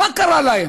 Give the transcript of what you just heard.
מה קרה להם?